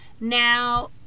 Now